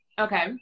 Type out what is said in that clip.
Okay